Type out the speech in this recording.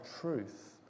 truth